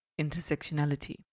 intersectionality